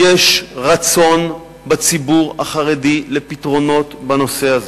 יש רצון בציבור החרדי לפתרונות בנושא הזה.